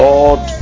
Lord